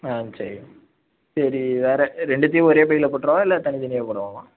ஆ சரி சரி வேறு ரெண்டுத்தையும் ஒரே பையில போட்றவா இல்லை தனி தனியாக போடவாமா